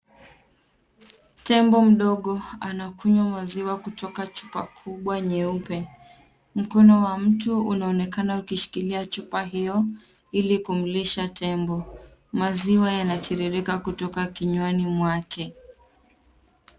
Tembo mdogo anakunywa maziwa kutoka chupa kubwa nyeupe. Mkono wa mtu unaonekana ukishikilia chupa hiyo ili kumlisha tembo. Maziwa yanatiririka kutoka kinywani mwake.